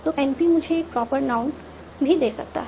तो NP मुझे एक प्रॉपर नाउन भी दे सकता है